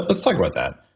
let's talk about that.